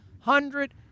hundred